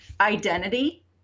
identity